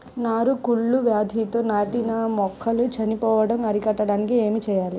నారు కుళ్ళు వ్యాధితో నాటిన మొక్కలు చనిపోవడం అరికట్టడానికి ఏమి చేయాలి?